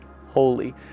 holy